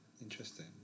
interesting